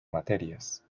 materias